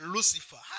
Lucifer